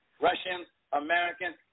Russian-American